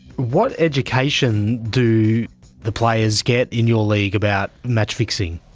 what education do the players get in your league about match-fixing?